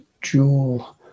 jewel